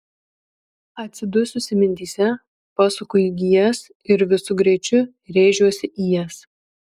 atsidususi mintyse pasuku į gijas ir visu greičiu rėžiuosi į jas